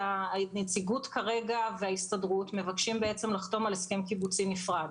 אנשי הנציגות וההסתדרות מבקשים לחתום על הסכם קיבוצי נפרד.